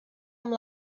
amb